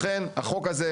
לכן החוק הזה,